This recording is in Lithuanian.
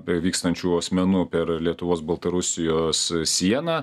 apie vykstančių asmenų per lietuvos baltarusijos sieną